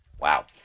Wow